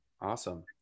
awesome